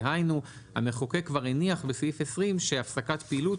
דהיינו המחוקק כבר הניח בסעיף 20 שהפסקת פעילות